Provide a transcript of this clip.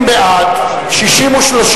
מי בעד, ירים את ידו.